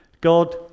God